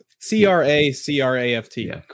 C-R-A-C-R-A-F-T